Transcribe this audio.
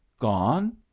Gone